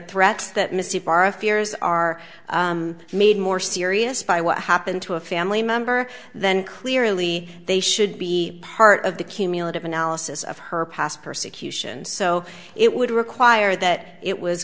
threats that misty fara fears are made more serious by what happened to a family member then clearly they should be part of the cumulative analysis of her past persecution so it would require that it was